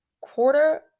quarter